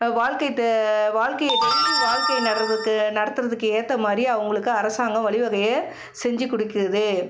வாழ்க்கை த வாழ்க்கையை டெய்லி வாழ்க்கையை நடுறதுக்கு நடத்துறதுக்கு ஏற்ற மாதிரி அவங்களுக்கு அரசாங்கம் வழிவகையை செஞ்சு கொடுக்குது